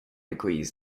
agrees